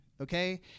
okay